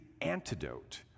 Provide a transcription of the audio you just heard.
antidote